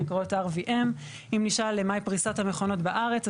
שנקראות RVM. אם נשאל מהי פריסת המכונות בארץ,